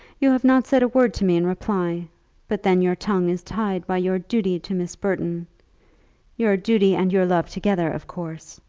you have not said a word to me in reply but then your tongue is tied by your duty to miss burton your duty and your love together, of course.